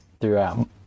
throughout